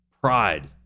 pride